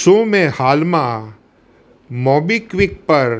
શું મેં હાલમાં મોબીક્વિક પર